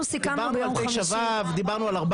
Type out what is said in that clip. אנחנו סיכמנו ביום חמישי --- דיברנו על 9(ו),